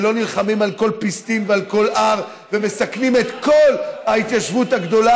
ולא נלחמים על כל פיסטין ועל כל הר ומסכנים את כל ההתיישבות הגדולה,